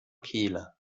kehle